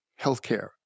healthcare